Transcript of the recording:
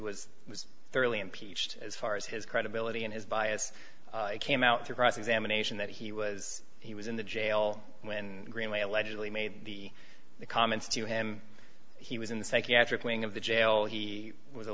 was was thoroughly impeached as far as his credibility and his bias came out through cross examination that he was he was in the jail when greenlee allegedly made the the comments to him he was in the psychiatric wing of the jail he was a